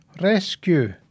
Rescue